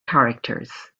characters